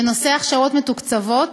בנושא ההכשרות המתוקצבות,